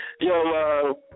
Yo